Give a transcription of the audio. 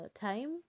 time